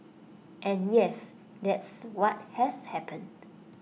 and yes that's what has happened